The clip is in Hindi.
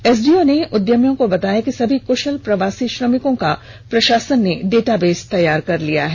एसडीओ ने उद्यमियों को बताया सभी कुशल प्रवासी श्रमिकों का प्रशासन ने डेटाबेस तैयार किया है